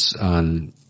on